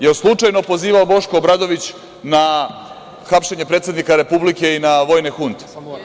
Jel slučajno pozivao Boško Obradović na hapšenje predsednika Republike i na vojne hunte?